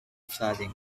flooding